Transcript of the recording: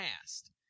past